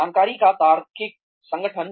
जानकारी का तार्किक संगठन